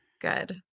Good